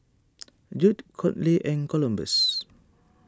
Judd Conley and Columbus